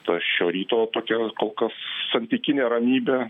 ta šio ryto tokia kol kas santykinė ramybė